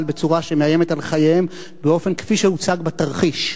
בצורה שמאיימת על חייהם באופן שהוצג בתרחיש.